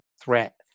threat